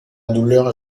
douleur